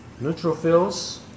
neutrophils